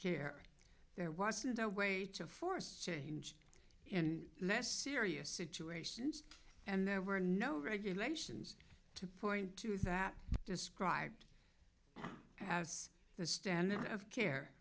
care there wasn't a way to force change in less serious situations and there were no regulations to point to that described as the standard of care